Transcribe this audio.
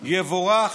יבורך,